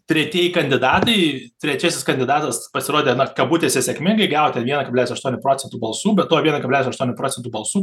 tretieji kandidatai trečiasis kandidatas pasirodė na kabutėse sėkmingai gavo ten vieną kablelis aštuoni procentų balsų be to vieno kablelis aštuoni procentų balsų